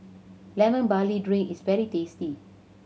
Lemon Barley Drink is very tasty